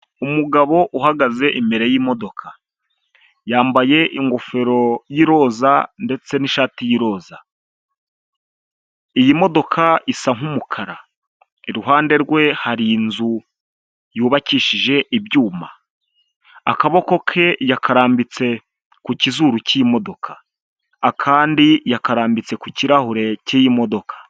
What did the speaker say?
Umugabo uhagaze imbere y'imodoka, yambaye ingofero y'iroza ndetse n'ishati y'iroza, iyi modoka isa nk'umukara, iruhande rwe hari inzu yubakishije ibyuma, akaboko ke yakarambitse ku kizuru cy'imodoka, akandi yakarambitse ku kirahure cy'iyi modoka.